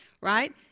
right